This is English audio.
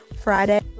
Friday